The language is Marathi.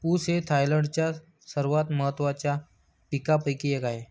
ऊस हे थायलंडच्या सर्वात महत्त्वाच्या पिकांपैकी एक आहे